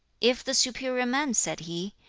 if the superior man said he,